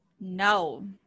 No